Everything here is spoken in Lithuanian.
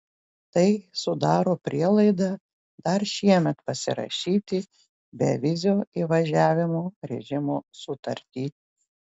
tai sudaro prielaidą dar šiemet pasirašyti bevizio įvažiavimo režimo sutartį